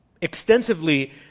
extensively